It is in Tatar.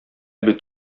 бит